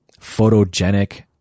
photogenic